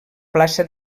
plaça